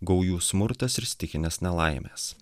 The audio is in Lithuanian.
gaujų smurtas ir stichinės nelaimės